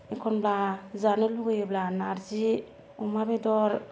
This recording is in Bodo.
एखनब्ला जानो लुबैयोबा नारजि अमा बेदर